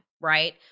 right